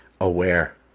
aware